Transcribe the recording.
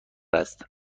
است